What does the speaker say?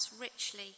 richly